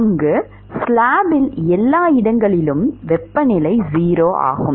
அங்கு ஸ்லாப்பில் எல்லா இடங்களிலும் வெப்பநிலை 0 ஆகும்